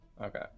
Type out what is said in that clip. Okay